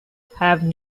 have